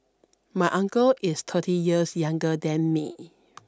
my uncle is thirty years younger than me